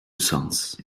sons